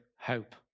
hope